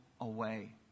away